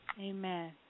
Amen